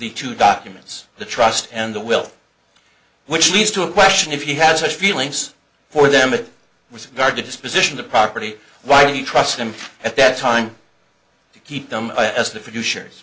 the two documents the trust and the will which leads to a question if you had such feelings for them it was hard to disposition the property why you trust him at that time to keep them as the producers